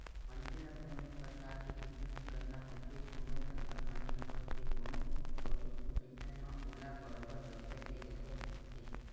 मनखे ल कोनो भी परकार के कुछु भी करना होथे कोनो धंधा पानी होवय ते कोनो अउ कुछु अइसन म ओला बरोबर पइसा के जरुरत पड़थे